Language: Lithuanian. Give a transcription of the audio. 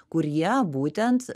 kurie būtent